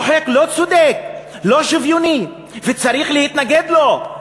הוא חוק לא צודק, לא שוויוני, וצריך להתנגד לו.